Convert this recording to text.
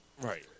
Right